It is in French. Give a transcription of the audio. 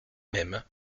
mêmes